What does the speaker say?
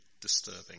disturbing